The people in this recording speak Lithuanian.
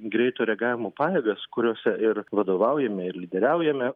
greito reagavimo pajėgas kuriose ir vadovaujame ir lyderiaujame